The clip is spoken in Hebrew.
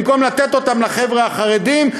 במקום לתת אותן לחבר'ה החרדים,